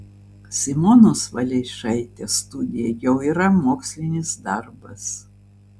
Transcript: simonos valeišaitės studija jau yra mokslinis darbas